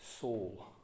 soul